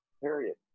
period